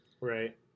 right